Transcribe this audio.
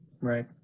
right